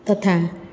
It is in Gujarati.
તથા